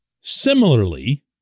Similarly